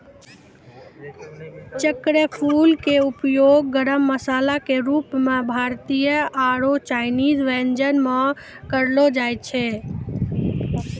चक्रफूल के उपयोग गरम मसाला के रूप मॅ भारतीय आरो चायनीज व्यंजन म करलो जाय छै